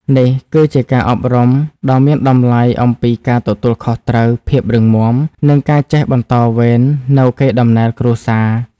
នេះគឺជាការអប់រំដ៏មានតម្លៃអំពីការទទួលខុសត្រូវ ភាពរឹងមាំ និងការចេះបន្តវេននូវកេរដំណែលគ្រួសារ។